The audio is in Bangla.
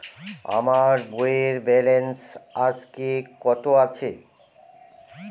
আমার বইয়ের ব্যালেন্স আজকে কত আছে?